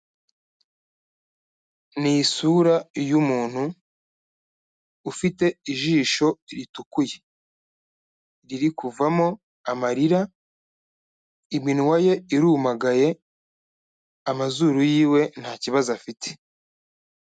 Ni isura y'umuntu ufite ijisho ritukuye. Riri kuvamo amarira, iminwa ye irumagaye, amazuru y'iwe, ntakibazo afite.